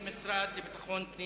לביטחון הפנים